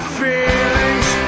feelings